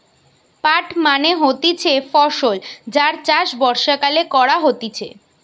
পাট মানে হতিছে ফসল যার চাষ বর্ষাকালে করা হতিছে